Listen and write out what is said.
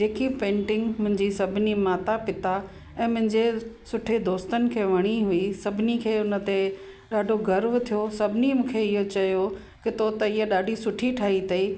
जेकी पेंटिंग जी सभिनी माता पिता ऐं मुंहिंजे सुठे दोस्तनि खे वणी हुई सभिनी खे हुनते ॾाढो गर्व थियो सभिनी मूंखे इहो चयो की थिए त हीअ ॾाढी सुठी ठाही अथई